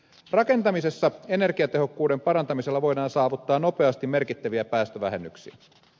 rakentamisessa energiatehokkuuden parantamisella voidaan saavuttaa nopeasti merkittäviä päästövähennyksiä